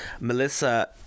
Melissa